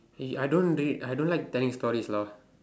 eh I don't do it I don't like telling stories lah